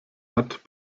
hat